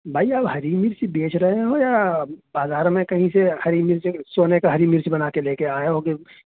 بھائی آپ ہری مرچ بیچ رہے ہو یا بازار میں کہیں سے ہری مرچ سونے کا ہری مرچ بنا کے لے کے آئے ہو کہ